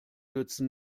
nützen